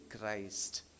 Christ